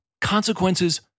consequences